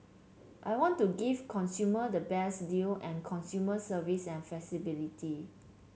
I want to give consumer the best deal and consumer service and flexibility